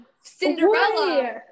cinderella